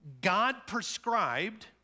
God-prescribed